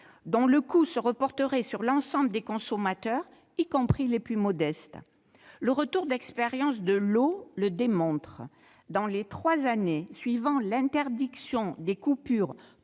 dont le coût se reporterait sur l'ensemble des consommateurs, y compris les plus modestes. Le retour d'expérience de l'eau le démontre : dans les trois années suivant l'interdiction des coupures